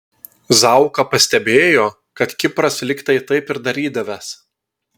zauka pastebėjo kad kipras lyg tai taip ir darydavęs